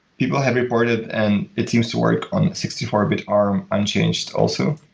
people have reported and it seems to work on sixty four bit arm unchanged also.